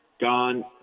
gone